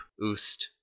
Oost